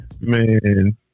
man